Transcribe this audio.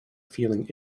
feeling